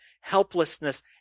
helplessness